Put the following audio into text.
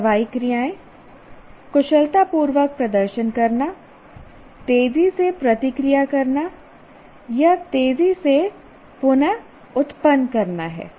कार्रवाई क्रियाएं कुशलतापूर्वक प्रदर्शन करना तेजी से प्रतिक्रिया करना या तेजी से पुन उत्पन्न करना हैं